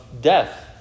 death